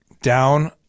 down